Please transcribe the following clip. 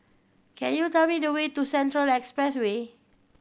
can you tell me the way to Central Expressway